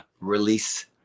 release